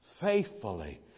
faithfully